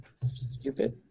stupid